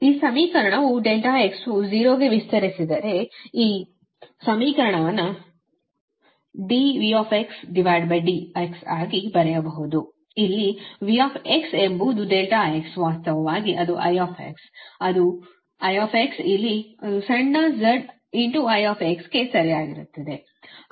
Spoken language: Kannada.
ಈ ಸಮೀಕರಣವು ∆x ವು 0 ಗೆ ವಿಸ್ತರಿಸಿದರೆ ಈ ಸಮೀಕರಣವನ್ನು dVdx ಆಗಿ ಬರೆಯಬಹುದು ಇಲ್ಲಿ V ಎಂಬುದು ∆x ವಾಸ್ತವವಾಗಿ ಅದು I ಅದು I ಇಲ್ಲಿ ಅದು ಸಣ್ಣ z I ಗೆ ಸರಿಯಾಗುತ್ತದೆ